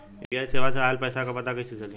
UPI सेवा से ऑयल पैसा क पता कइसे चली?